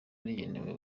rigenewe